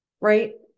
Right